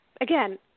again